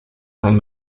from